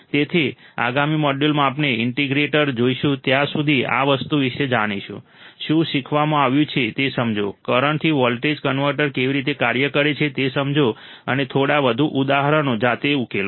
તેથી આગામી મોડ્યુલમાં આપણે ઈન્ટિગ્રેટર જોઈશું ત્યાં સુધી આ વસ્તુ વિશે જાણીશું શું શીખવવામાં આવ્યું છે તે સમજો કરંટથી વોલ્ટેજ કન્વર્ટર કેવી રીતે કાર્ય કરે છે તે સમજો અને થોડા વધુ ઉદાહરણો જાતે ઉકેલો